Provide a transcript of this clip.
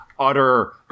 utter